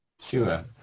Sure